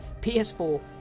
PS4